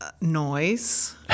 noise